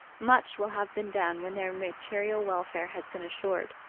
much will have been done when their material welfare has been assured,